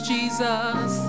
Jesus